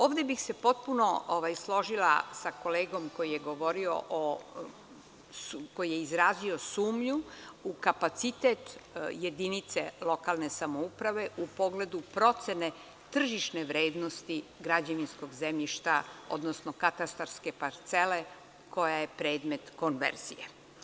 Ovde bih se potpuno složila sa kolegom koji je izrazio sumnju u kapacitet jedinice lokalne samouprave u pogledu procene tržišne vrednosti građevinskog zemljišta, odnosno katastarske parcele koja je predmet konverzije.